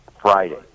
Friday